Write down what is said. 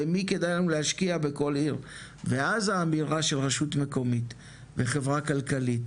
במי כדאי לנו להשקיע בכל עיר ואז האמירה של רשות מקומית וחברה כלכלית